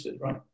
right